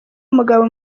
umugabo